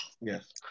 Yes